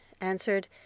answered